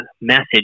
message